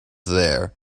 there